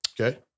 Okay